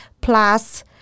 Plus